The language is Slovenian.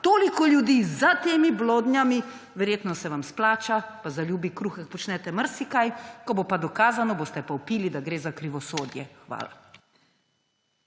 toliko ljudi za temi blodnjami, verjetno se vam izplača, pa za ljubi kruhek počnete marsikaj, ko bo pa dokazano, boste pa vpili, da gre za krivosodje. Hvala.